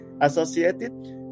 associated